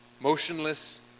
motionless